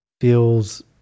feels